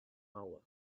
hour